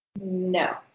No